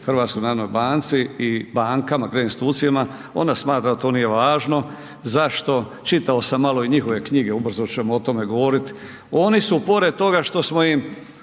Zakona o Narodnoj banci, HNB-u i bankama, kreditnim institucijama, ona smatra da to nije važno, zašto, čitao sam malo i njihove knjige, ubrzo ćemo o tome govorit, oni su pored toga što smo im